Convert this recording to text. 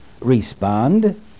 respond